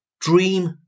Dream